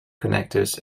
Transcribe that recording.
connectors